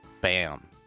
Bam